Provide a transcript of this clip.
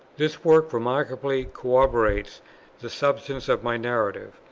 this work remarkably corroborates the substance of my narrative,